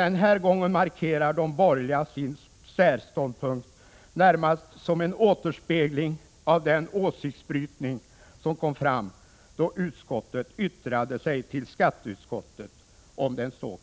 Den här gången markerar de borgerliga sin särståndpunkt, närmast som en återspegling av den åsiktsbrytning som kom fram då utskottet yttrade sig till skatteutskottet om den s.k.